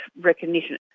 recognition